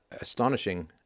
astonishing